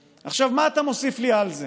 עכשיו, מה אתה מוסיף לי על זה?